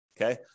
Okay